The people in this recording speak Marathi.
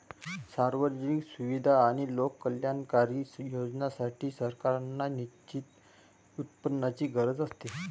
सार्वजनिक सुविधा आणि लोककल्याणकारी योजनांसाठी, सरकारांना निश्चित उत्पन्नाची गरज असते